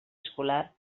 escolar